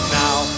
now